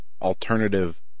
alternative